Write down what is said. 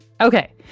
Okay